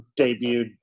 debuted